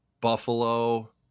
Buffalo